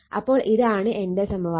അപ്പോൾ ഇതാണ് എന്റെ സമവാക്യം